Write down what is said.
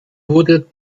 wurde